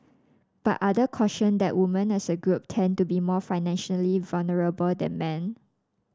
but other cautioned that women as a group tend to be more financially vulnerable than men